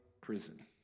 prison